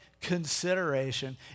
consideration